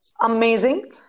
Amazing